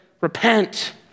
repent